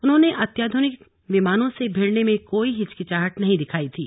उन्होंने अत्याध्रनिक विमानों से भिड़ने में कोई हिचकिचाहट नहीं दिखाई थी